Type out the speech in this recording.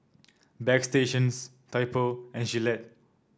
Bagstationz Typo and Gillette